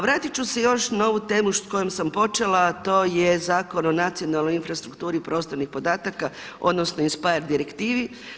Vratiti ću se još na ovu temu s kojom sam počela a to je Zakon o nacionalnoj infrastrukturi i prostornih podataka, odnosno INSPIRE direktivi.